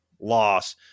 loss